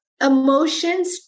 emotions